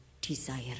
desire